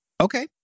Okay